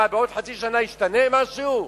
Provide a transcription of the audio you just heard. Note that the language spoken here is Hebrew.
מה, בעוד חצי שנה ישתנה משהו?